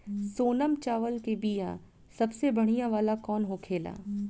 सोनम चावल के बीया सबसे बढ़िया वाला कौन होखेला?